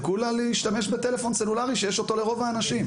זה כולה להשתמש בטלפון סלולרי שיש אותו לרוב האנשים.